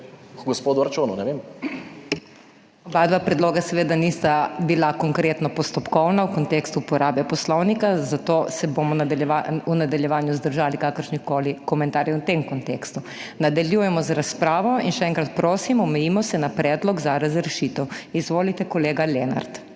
MAG. MEIRA HOT:** Oba predloga seveda nista bila konkretno postopkovna v kontekstu uporabe poslovnika, zato se bomo v nadaljevanju vzdržali kakršnihkoli komentarjev v tem kontekstu. Nadaljujemo z razpravo. In še enkrat, prosim, omejimo se na predlog za razrešitev. Izvolite, kolega Lenart.